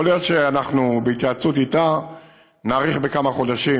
יכול להיות שבהתייעצות איתה נאריך בכמה חודשים